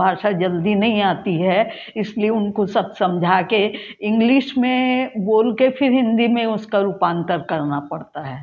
भाषा जल्दी नहीं आती है इस लिए उनको सब समझा के इंग्लिश में बोल के फिर हिन्दी में उसका रूपांतर करना पड़ता है